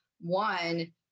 one